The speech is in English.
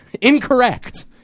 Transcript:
Incorrect